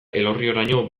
elorrioraino